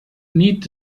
need